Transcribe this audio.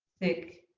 thick,